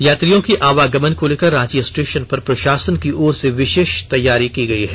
यात्रियों के आवागमन को लेकर रांची स्टेषन पर प्रषासन की ओर से विषेष तैयारी की गयी है